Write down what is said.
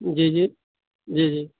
जी जी जी जी